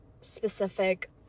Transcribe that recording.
specific